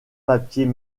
papiers